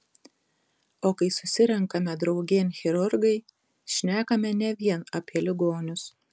o kai susirenkame draugėn chirurgai šnekame ne vien apie ligonius